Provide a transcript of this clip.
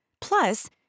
Plus